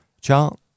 chart